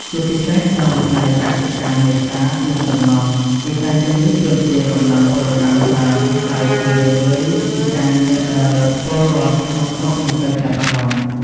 ជាពិសេសក្នុងវិស័យកសិកម្ម នេសាទ និងសំណង់ វិស័យទាំងនេះទាមទារកម្លាំងពលកម្មច្រើន ហើយជារឿយៗជាការងារដែលពលរដ្ឋក្នុងស្រុកមិនសូវចាប់អារម្មណ៍ ។